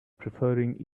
preferring